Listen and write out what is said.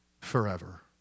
forever